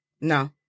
no